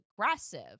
aggressive